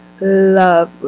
love